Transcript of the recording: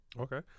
Okay